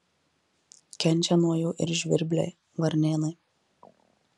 kenčia nuo jų ir žvirbliai varnėnai